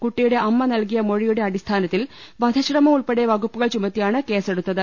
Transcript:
കുട്ടിയുടെ അമ്മ നൽകിയ മൊഴിയുടെ അടിസ്ഥാനത്തിൽ വധശ്രമം ഉൾപ്പെടെ വകുപ്പുകൾ ചുമത്തിയാണ് കേസെടുത്തത്